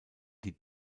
die